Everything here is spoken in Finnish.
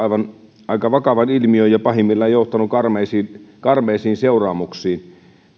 aika vakavan ilmiön ja pahimmillaan johtanut karmeisiin karmeisiin seuraamuksiin